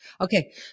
Okay